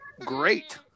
great